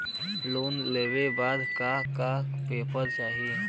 Loan लेवे बदे का का पेपर चाही?